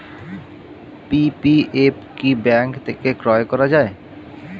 PPF কি bank থেকে ক্রয় করা যায়?